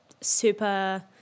super